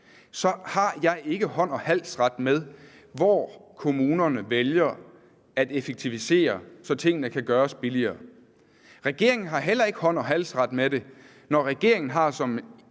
har jeg ikke hånds- og halsret over, hvor kommunerne vælger at effektivisere, så tingene kan gøres billigere. Regeringen har heller ikke hånds- og halsret over det. Når regeringen har som